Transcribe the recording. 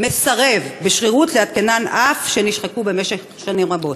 מסרב בשרירות לעדכנן אף שנשחקו במשך שנים רבות?